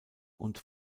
und